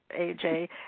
AJ